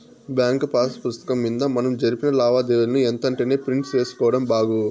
bank pass పుస్తకం మింద మనం జరిపిన లావాదేవీలని ఎంతెంటనే ప్రింట్ సేసుకోడం బాగు